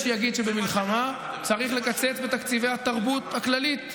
יש מי שיגיד שבמלחמה צריך לקצץ בתקציבי התרבות הכללית,